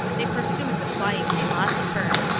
they pursued the flying philosopher.